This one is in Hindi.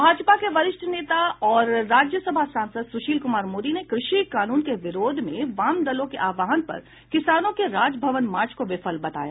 भाजपा के वरिष्ठ नेता और राज्यसभा सांसद सुशील कुमार मोदी ने कृषि कानून के विरोध में वामदलों के आह्वान पर किसानों के राजभवन मार्च को विफल बताया